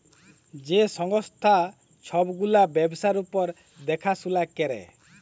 যে সংস্থা ছব গুলা ব্যবসার উপর দ্যাখাশুলা ক্যরে